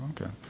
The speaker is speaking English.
Okay